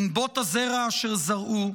ינבוט הזרע אשר זרעו,